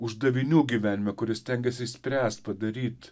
uždavinių gyvenime kur jis stengiasi išspręst padaryt